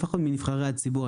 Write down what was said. לפחות מנבחרי הציבור,